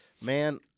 Man